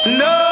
no